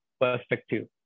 perspective